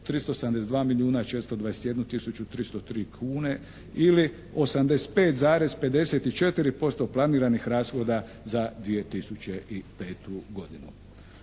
372 milijuna 421 tisuću 303 kune, ili 85,54% planiranih rashoda za 2005. godinu.